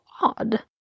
odd